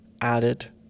added